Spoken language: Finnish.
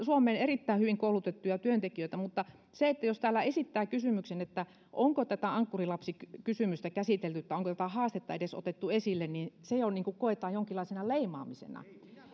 suomeen erittäin hyvin koulutettuja työntekijöitä mutta jos täällä esittää kysymyksen että onko tätä ankkurilapsikysymystä käsitelty tai onko tätä haastetta edes otettu esille niin se jo koetaan jonkinlaisena leimaamisena